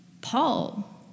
Paul